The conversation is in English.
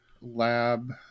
Lab